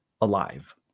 alive